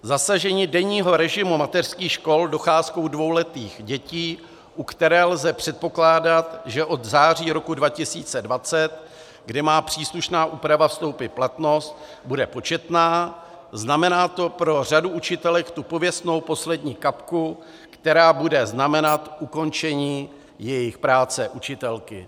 Zasažení denního režimu mateřských škol docházkou dvouletých dětí, u které lze předpokládat, že od září 2020, kdy má příslušná úprava vstoupit v platnost, bude početná, znamená pro řadu učitelek tu pověstnou poslední kapku, která bude znamenat ukončení jejich práce učitelky.